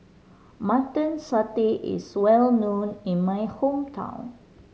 Mutton Satay is well known in my hometown